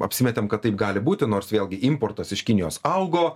apsimetėm kad taip gali būti nors vėlgi importas iš kinijos augo